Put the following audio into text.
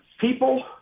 people